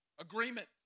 Agreement